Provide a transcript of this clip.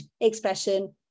expression